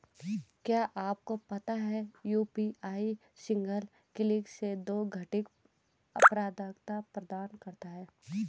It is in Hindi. क्या आपको पता है यू.पी.आई सिंगल क्लिक से दो घटक प्रमाणिकता प्रदान करता है?